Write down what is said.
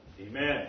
Amen